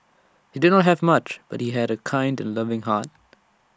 he did not have much but he had A kind and loving heart